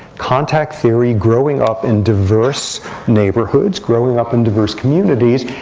contact theory, growing up in diverse neighborhoods, growing up in diverse communities,